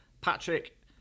Patrick